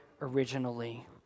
originally